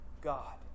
God